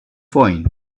point